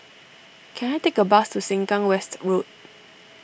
can I take a bus to Sengkang West Road